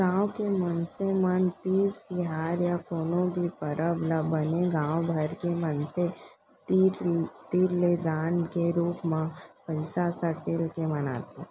गाँव के मनसे मन तीज तिहार या कोनो भी परब ल बने गाँव भर के मनसे तीर ले दान के रूप म पइसा सकेल के मनाथे